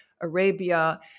Arabia